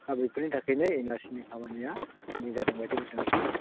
दा बेफोरनि थाखायनो एन आर सि नि खामानिया पेन्दिं जादों बायदि मोन्दों आरोखि आं